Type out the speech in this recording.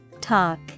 Talk